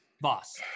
Boss